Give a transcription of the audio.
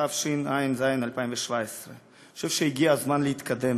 התשע"ז 2017. אני חושב שהגיע הזמן להתקדם